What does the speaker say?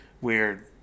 Weird